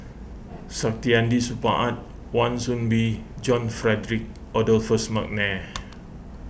Saktiandi Supaat Wan Soon Bee John Frederick Adolphus McNair